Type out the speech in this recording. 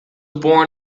born